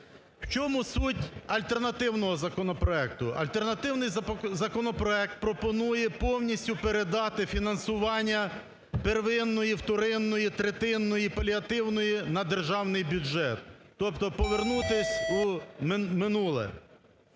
В чому суть альтернативного законопроекту? Альтернативний законопроект пропонує повністю передати фінансування первинної, вторинної, третинної і паліативної на державний бюджет, тобто повернутись у минуле.